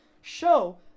show